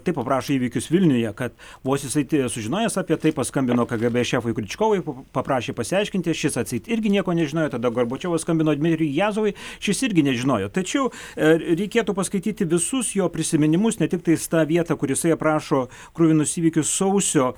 taip aprašo įvykius vilniuje kad vos jisai sužinojęs apie tai paskambino kgb šefui kriučkovui paprašė pasiaiškinti šis atseit irgi nieko nežinojo tada gorbačiovas skambino dmitrijui jazovui šis irgi nežinojo tačiau reikėtų paskaityti visus jo prisiminimus ne tiktais tą vietą kur jisai aprašo kruvinus įvykius sausio